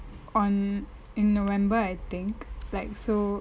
on in november I think like so